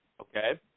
okay